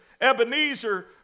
Ebenezer